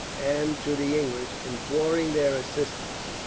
and to the english, imploring their assistance.